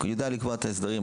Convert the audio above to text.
הוא ידע לקבוע את ההסדרים,